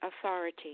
authority